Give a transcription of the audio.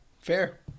fair